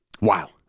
Wow